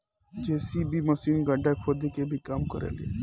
JCB machine गड्ढा खोदे के भी काम करे ला